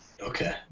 Okay